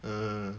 hmm